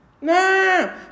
No